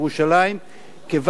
כיוון שבמכללות